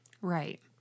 Right